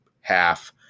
half